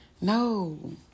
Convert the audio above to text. no